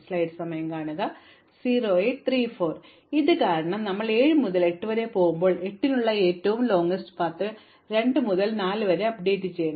ഇപ്പോൾ ഇത് കാരണം ഞങ്ങൾ 7 മുതൽ 8 വരെ പോകുമ്പോൾ 8 നുള്ള ഏറ്റവും ദൈർഘ്യമേറിയ പാത 2 മുതൽ 4 വരെ അപ്ഡേറ്റ് ചെയ്യണം